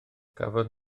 cafodd